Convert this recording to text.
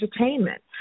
entertainment